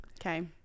Okay